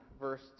verse